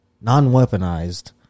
non-weaponized